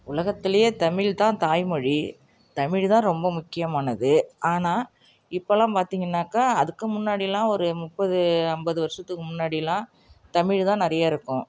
உலகத்திலேயே தமிழ்தான் தாய்மொழி தமிழ்தான் ரொம்ப முக்கியமானது ஆனால் இப்போல்லாம் பார்த்திங்கன்னாக்கா அதுக்கும் முன்னாடி எல்லாம் ஒரு முப்பது அம்பது வருஷத்துக்கு முன்னாடிலாம் தமிழ்தான் நிறைய இருக்கும்